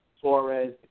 Torres